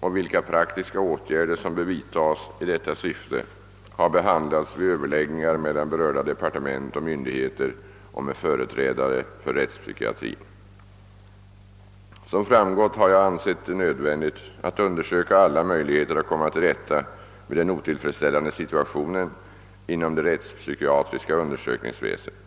och vilka praktiska åtgärder som bör vidtas i detta syfte har behandlats vid överläggningar mellan berörda departement och myndigheter och med företrädare för rättspsykiatrin. Som framgått har jag ansett det nödvändigt att undersöka alla möjligheter att komma till rätta med den otillfreds ställande situationen inom det rättspsykiatriska undersökningsväsendet.